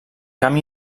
camp